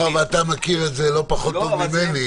מאחר שאתה מכיר את זה לא פחות טוב ממני --- לא.